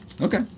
okay